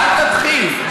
אל תתחיל.